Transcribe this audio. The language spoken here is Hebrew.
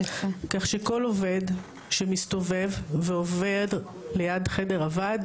כך שכל עובד שמסתובב ועובר ליד חדר הוועד